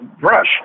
Brush